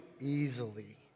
easily